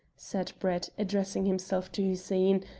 said brett, addressing himself to hussein,